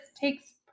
takes